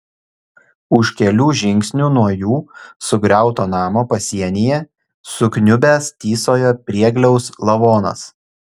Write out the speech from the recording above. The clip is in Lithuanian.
už kelių žingsnių nuo jų sugriauto namo pasienyje sukniubęs tysojo priegliaus lavonas